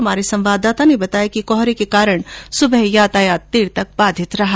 हमारे संवाददाता ने बताया कि कोहरे के कारण सुबह यातायात बाधित रहा